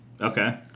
okay